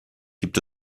gibt